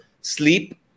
sleep